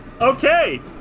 okay